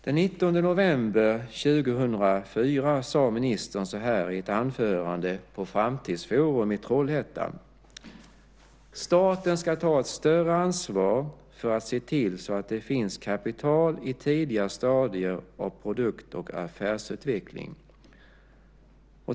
Den 19 november 2004 sade ministern så här i ett anförande på Framtidsforum i Trollhättan: Staten ska ta ett större ansvar för att se till att det finns kapital i tidiga stadier av produkt och affärsutveckling.